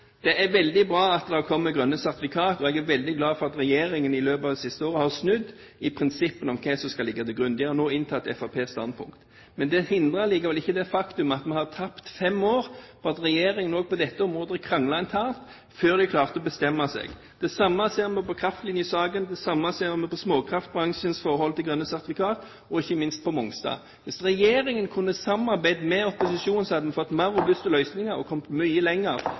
Det er veldig bra at det er kommet grønne sertifikat, og jeg er veldig glad for at regjeringen i løpet av det siste året har snudd når det gjelder prinsippene om hva som skal ligge til grunn. De har nå inntatt Fremskrittspartiets standpunkt. Det hindrer likevel ikke det faktum at vi har tapt fem år på at regjeringen også på dette området kranglet internt før de klarte å bestemme seg. Det samme ser vi i kraftlinjesaken og på småkraftbransjens forhold til grønne sertifikater, og ikke minst når det gjelder Mongstad. Hvis regjeringen hadde kunnet samarbeide med opposisjonen, hadde vi fått mer robuste løsninger og hadde kommet mye lenger